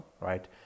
right